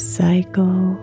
cycle